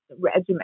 regimen